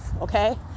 okay